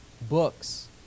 Books